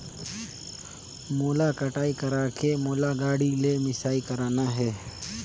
मोला कटाई करेके मोला गाड़ी ले मिसाई करना हे?